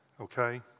Okay